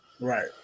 Right